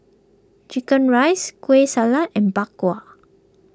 Chicken Rice Kueh Salat and Bak Kwa